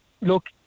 look